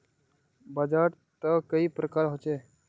बाजार त कई प्रकार होचे?